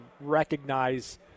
recognize